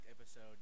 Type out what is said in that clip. episode